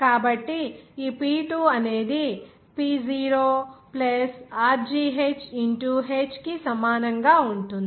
కాబట్టి ఈ P2 అనేది P0 rgh h కి సమానంగా ఉంటుంది